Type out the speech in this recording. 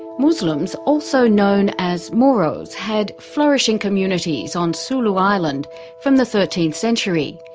muslims, also known as moros, had flourishing communities on sulu island from the thirteenth century.